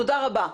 תודה רבה.